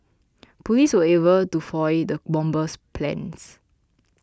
police were able to foil the bomber's plans